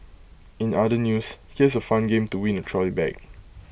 in other news here's A fun game to win A trolley bag